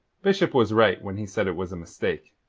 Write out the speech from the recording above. bishop was right when he said it was a mistake.